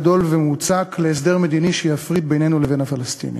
גדול ומוצק להסדר מדיני שיפריד בינינו לבין הפלסטינים.